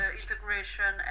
integration